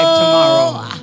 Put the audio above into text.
tomorrow